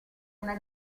una